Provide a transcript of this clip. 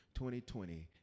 2020